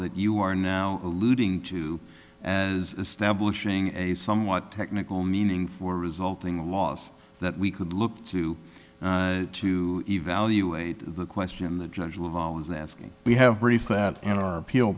that you are now alluding to as stablish ing a somewhat technical meaning for resulting loss that we could look to to evaluate the question the judge will always asking we have brief that in our appeal